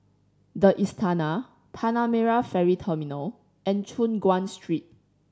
The Istana Tanah Merah Ferry Terminal and Choon Guan Street